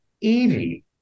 evie